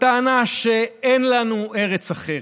בטענה שאין לנו ארץ אחרת.